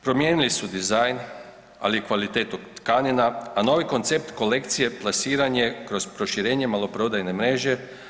Promijenili su dizajn, ali i kvalitetu tkanina, a novi koncept kolekcije plasiranje kroz proširenje maloprodajne mreže.